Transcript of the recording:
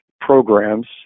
programs